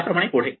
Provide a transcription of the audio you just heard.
याप्रमाणे पुढे